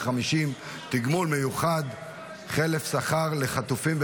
250) (תגמול מיוחד חלף שכר לחטופים ולנעדרים),